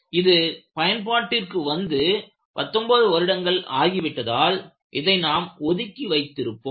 இது பயன்பாட்டிற்கு வந்து 19 வருடங்கள் ஆகிவிட்டதால் இதை நாம் ஒதுக்கி வைத்திருப்போம்